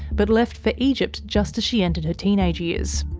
but left for egypt just as she entered her teenage years.